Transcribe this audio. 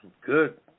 Good